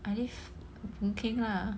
I live boon keng lah